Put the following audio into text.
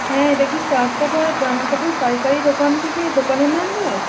হ্যাঁ এটা কি কাঁচরাপাড়া জামাকাপড় পাইকারি দোকান থেকে দোকানের নাম্বার